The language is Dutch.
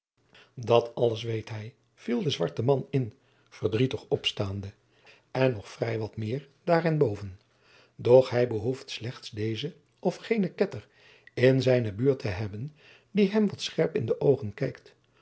dat alles weet hij viel de zwarte man in verdrietig opstaande en nog vrij wat meer daarenboven doch hij behoeft slechts dezen of genen ketter in zijne buurt te hebben die hem wat scherp in de oogen kijkt